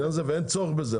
ואין צורך בזה.